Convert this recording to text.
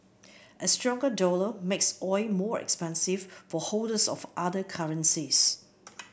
a stronger dollar makes oil more expensive for holders of other currencies